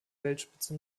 weltspitze